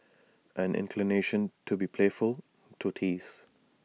an inclination to be playful to tease